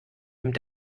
nimmt